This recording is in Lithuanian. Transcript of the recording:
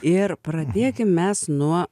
ir pradėkim mes nuo